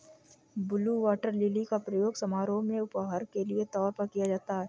blue water lily का प्रयोग समारोह में उपहार के तौर पर किया जाता है